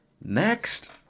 Next